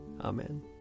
Amen